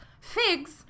figs